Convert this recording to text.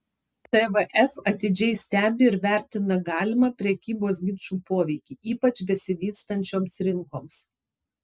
tvf atidžiai stebi ir vertina galimą prekybos ginčų poveikį ypač besivystančioms rinkoms